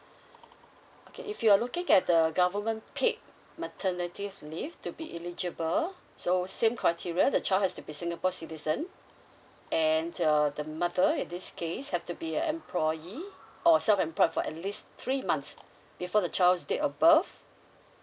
okay if you are looking at the government paid maternity leave to be eligible so same criteria the child has to be singapore citizen and the the mother in this case have to be an employee or self employed for at least three months before the child's date of birth